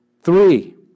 Three